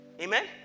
Amen